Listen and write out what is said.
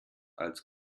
als